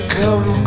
come